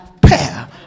pair